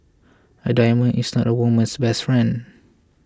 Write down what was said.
a diamond is not a woman's best friend